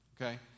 Okay